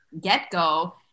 get-go